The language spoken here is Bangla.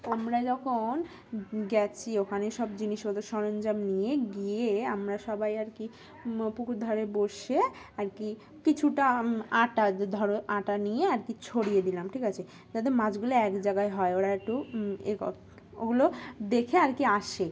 আমরা যখন গেছি ওখানে সব জিনিসপত্র সরঞ্জাম নিয়ে গিয়ে আমরা সবাই আর কি পুকুর ধারে বসে আর কি কিছুটা আটা ধরো আটা নিয়ে আর কি ছড়িয়ে দিলাম ঠিক আছে যাতে মাছগুলো এক জায়গায় হয় ওরা একটু এ ওগুলো দেখে আর কি আসে